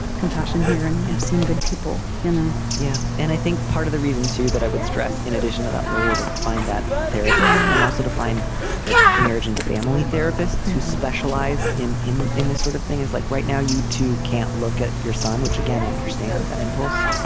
compassion here and i've seen good people you know yeah. and i think part of the reason to that i would stress in addition to that lawyer to find that therapist and also to find like marriage and family therapists who specialize in in this sort of thing is like right now you two can't look at your son which again i understand that impulse.